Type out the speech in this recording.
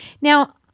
Now